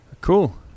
Cool